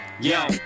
yo